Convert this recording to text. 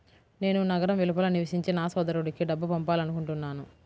నేను నగరం వెలుపల నివసించే నా సోదరుడికి డబ్బు పంపాలనుకుంటున్నాను